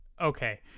okay